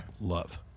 love